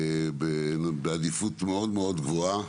מבחינתנו בעדיפות מאוד מאוד גבוהה.